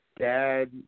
dad